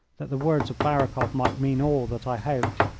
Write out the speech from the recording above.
that the words of barakoff might mean all that i hoped.